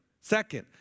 Second